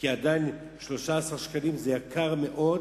כי עדיין 13 שקלים זה יקר מאוד,